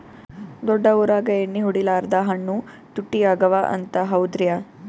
ದೊಡ್ಡ ಊರಾಗ ಎಣ್ಣಿ ಹೊಡಿಲಾರ್ದ ಹಣ್ಣು ತುಟ್ಟಿ ಅಗವ ಅಂತ, ಹೌದ್ರ್ಯಾ?